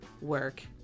work